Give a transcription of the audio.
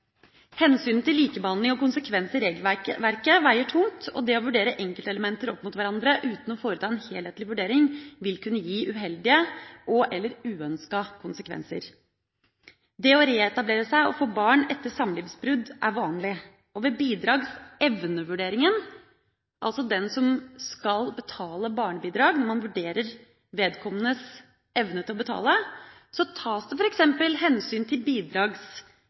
Hensynet til likebehandling og konsekvens i regelverket veier tungt, og det å vurdere enkeltelementer opp mot hverandre uten å foreta en helhetlig vurdering vil kunne gi uheldige og/eller uønskede konsekvenser. Det å reetablere seg og få barn etter samlivsbrudd er vanlig, og ved bidragsevnevurdering – det gjelder altså den som skal betale barnebidrag, når man vurderer vedkommendes evne til å betale – tas det f.eks. hensyn til